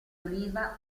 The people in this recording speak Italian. oliva